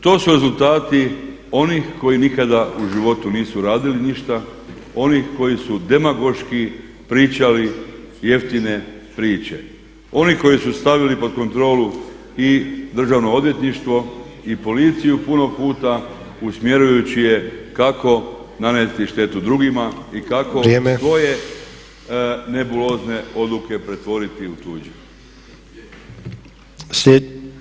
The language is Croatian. To su rezultati onih koji nikada u životu nisu radili ništa, onih koji su demagoški pričali jeftine priče, oni koji su stavili pod kontrolu i Državno odvjetništvo i policiju puno puta usmjerujući je kako nanijeti štetu drugima i kako svoje nebulozne odluke pretvoriti u tuđe.